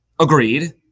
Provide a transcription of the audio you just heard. agreed